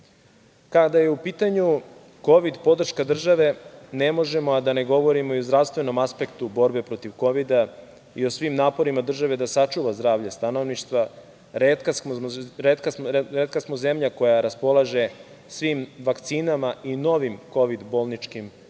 evra. Kada je u pitanju Kovid podrška države, ne možemo a da ne govorimo o zdravstvenom aspektu borbe protiv Kovida i o svim naporima države da sačuva zdravlje stanovništva. Retka smo zemlja koja raspolaže svim vakcinama i novim Kovid bolničkim